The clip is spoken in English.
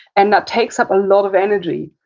and that takes up a lot of energy.